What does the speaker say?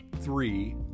three